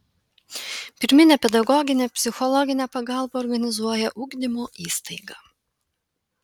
pirminę pedagoginę psichologinę pagalbą organizuoja ugdymo įstaiga